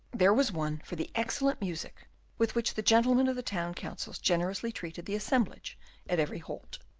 there was one for the excellent music with which the gentlemen of the town councils generously treated the assemblage at every halt.